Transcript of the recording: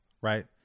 right